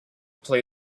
play